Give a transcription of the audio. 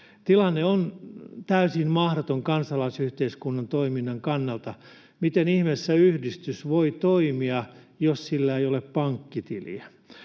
Tilanne on täysin mahdoton kansalaisyhteiskunnan toiminnan kannalta. Miten ihmeessä yhdistys voi toimia, jos sillä ei ole pankkitiliä?